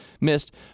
missed